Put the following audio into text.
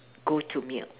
go to meal